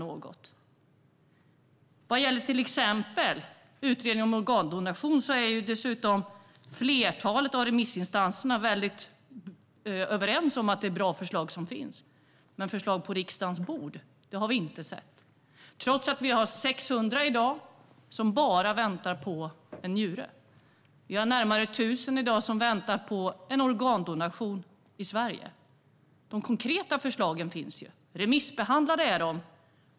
När det gäller till exempel utredningen om organdonation är flertalet av remissinstanserna mycket överens om att det är bra förslag som finns. Men några förslag på riksdagens bord har vi inte sett, trots att vi i dag har 600 som väntar på en njure och närmare 1 000 som väntar på en organdonation i Sverige. De konkreta förslagen finns, och de är remissbehandlade.